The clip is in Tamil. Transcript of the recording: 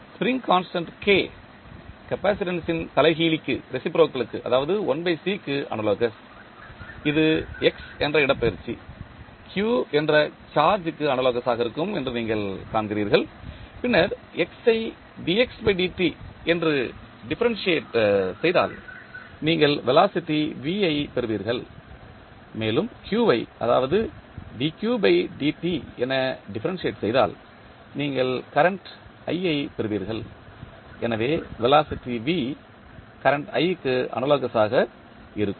ஸ்ப்ரிங் கான்ஸ்டன்ட் K கப்பாசிட்டன்ஸ் ன் தலைகீழிக்கு அதாவது 1C க்கு அனாலோகஸ் இது x என்ற இடப்பெயர்ச்சி q என்ற சார்ஜ் க்கு அனாலோகஸ் ஆக இருக்கும் என்று நீங்கள் காண்கிறீர்கள் பின்னர் x ஐ என்று டிஃப்பரென்ஷியேட் செய்தால் நீங்கள் வெலாசிட்டி v ஐப் பெறுவீர்கள் மேலும் q வை அதாவது என டிஃப்பரென்ஷியேட் செய்தால் நீங்கள் கரண்ட் ஐப் பெறுவீர்கள் எனவே வெலாசிட்டி v கரண்ட் க்கு அனாலோகஸ் ஆக இருக்கும்